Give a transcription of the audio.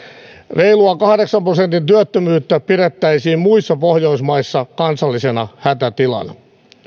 reilua kahdeksan prosentin työttömyyttä pidettäisiin muissa pohjoismaissa kansallisena hätätilana